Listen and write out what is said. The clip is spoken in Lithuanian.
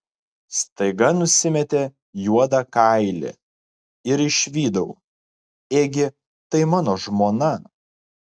staiga nusimetė juodą kailį ir išvydau ėgi tai mano žmona